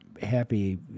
happy